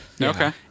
okay